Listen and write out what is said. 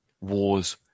wars